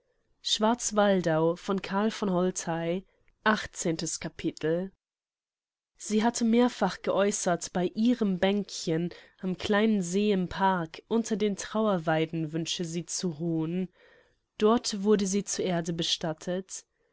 achtzehntes capitel sie hatte mehrfach geäußert bei ihrem bänkchen am kleinen see im park unter den trauerweiden wünsche sie zu ruhen dort wurde sie zur erde bestattet